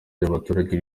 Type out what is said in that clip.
ry’abaturage